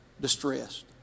distressed